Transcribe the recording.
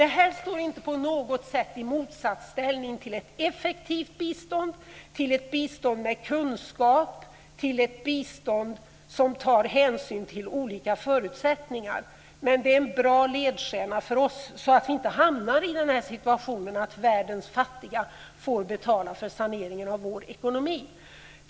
Det här står inte på något sätt i motsatsställning till ett effektivt bistånd, till ett bistånd med kunskap, till ett bistånd där man tar hänsyn till olika förutsättningar. Men det är en bra ledstjärna för oss så att vi inte hamnar i den situationen att världens fattiga får betala saneringen av vår ekonomi.